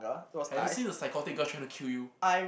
have you seen a psychotic girl trying to kill you